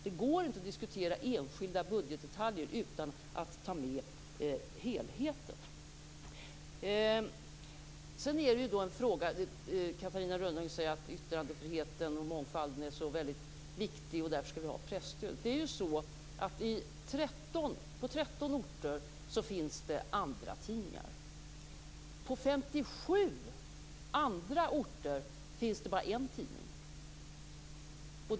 Det går inte att diskutera enskilda budgetdetaljer utan att ta med helheten. Catarina Rönnung säger att yttrandefriheten och mångfalden är så väldigt viktig, och därför skall vi ha presstöd. På 13 orter finns det andratidningar. På 57 andra orter finns det bara en tidning.